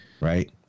right